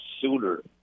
sooner